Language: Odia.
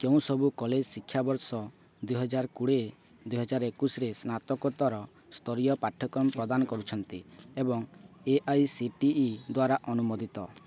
କେଉଁ ସବୁ କଲେଜ୍ ଶିକ୍ଷାବର୍ଷ ଦୁଇ ହଜାର କୋଡ଼ିଏ ଦୁଇ ହଜାର ଏକୋଇଶିରେ ସ୍ନାତକୋତ୍ତର ସ୍ତରୀୟ ପାଠ୍ୟକ୍ରମ ପ୍ରଦାନ କରୁଛନ୍ତି ଏବଂ A I C T E ଦ୍ୱାରା ଅନୁମୋଦିତ